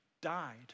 died